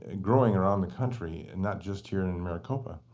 and growing around the country, not just here in in maricopa.